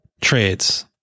trades